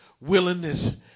willingness